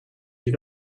you